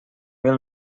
mil